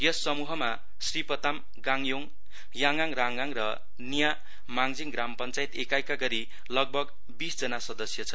यस मसूहमा श्रीपताम गागयोङ याङगाङ राङगाङ र निया माङजिङ ग्राम पश्चायत एकाईका गरी लगभग बीसजना सदस्य छन्